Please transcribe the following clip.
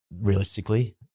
realistically